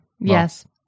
Yes